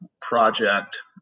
project